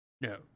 No